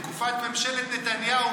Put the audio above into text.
בתקופת ממשלת נתניהו,